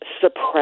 suppress